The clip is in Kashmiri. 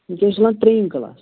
وُنکٮ۪س چھُ چَلان ترٛیٚیِم کٕلاس